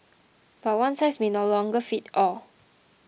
but one size may no longer fit all